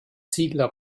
ziegler